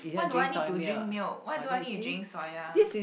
why do I need to drink milk why do I need to drink soya